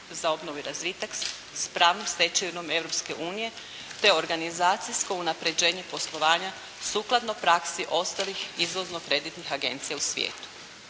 za obnovu i razvitak s pravnom stečevinom Europske unije, te organizacijsko unapređenje poslovanja sukladno praksi ostalih izvozno-kreditnih agencija u svijetu.